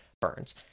Burns